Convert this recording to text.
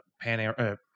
pan-air